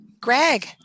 Greg